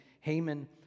Haman